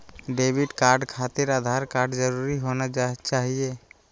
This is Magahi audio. डेबिट कार्ड खातिर आधार कार्ड जरूरी होना चाहिए?